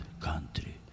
country